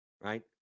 right